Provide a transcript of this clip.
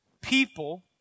people